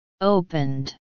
Opened